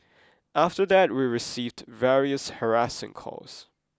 after that we received various harassing calls